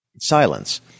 Silence